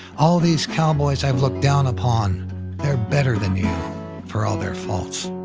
all these cowboys i've looked down upon they're better than you for all their faults.